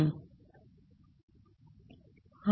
அங்கு